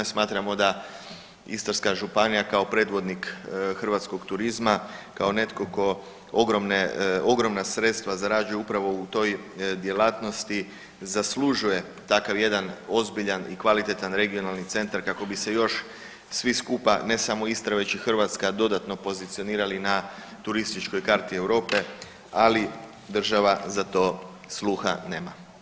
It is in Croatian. Smatramo da Istarska županija kao predvodnik hrvatskog turizma, kao netko tko ogromna sredstva zarađuje upravo u toj djelatnosti zaslužuje takav jedan ozbiljan i kvalitetan regionalni centar kako bi se još svi skupa ne samo Istra već i Hrvatska dodatno pozicionirali na turističkoj karti Europe, ali država za to sluha nema.